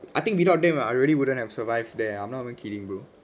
I think without them ah I really wouldn't have survived there I'm not even kidding bro